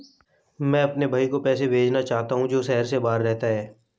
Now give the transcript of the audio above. मैं अपने भाई को पैसे भेजना चाहता हूँ जो शहर से बाहर रहता है